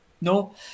no